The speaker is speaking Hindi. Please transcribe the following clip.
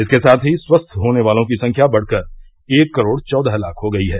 इसके साथ ही स्वस्थ होने वालों की संख्या बढकर एक करोड चौदह लाख हो गई है